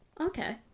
Okay